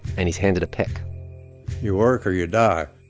and he's handed a pick you work, or you die